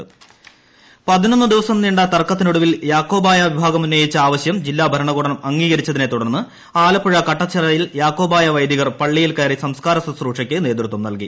ടടടടടടടടടട യാക്കോബായ പതിനൊന്നു ദിവസം നീണ്ട തർക്കത്തിനൊടുവിൽ യാക്കോബായ വിഭാഗം ഉന്നയിച്ച ആവശ്യം ജില്ലാ ഭരണകൂടം അംഗീകരിച്ചതിനെ തുടർന്ന് ആലപ്പുഴ കട്ടച്ചിറയിൽ യാക്കോബായ വൈദികർ പള്ളിയിൽ കയറി സംസ്കാര ശുശ്രൂഷയ്ക്ക് നേതൃത്വം നൽകി